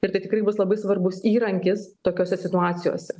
ir tai tikrai bus labai svarbus įrankis tokiose situacijose